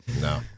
no